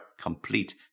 complete